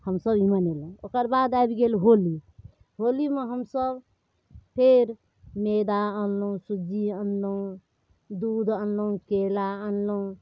हमसभ ई मनेलहुँ ओकरबाद आबि गेल होली होलीमे हमसभ फेर मैदा अनलहुँ सुज्जी अनलहुँ दूध अनलहुँ केरा अनलहुँ